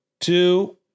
two